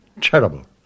Terrible